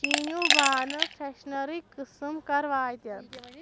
چیٖنیو بانہٕ فرٛیشنرٕکۍ قٕسم کَر واتن